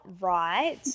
right